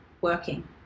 working